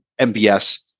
mbs